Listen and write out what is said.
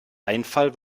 einfall